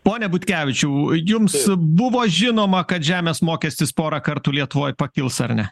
pone butkevičiau jums buvo žinoma kad žemės mokestis pora kartų lietuvoj pakils ar ne